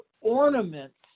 ornaments